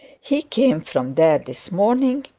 he came from there this morning.